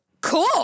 cool